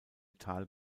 tal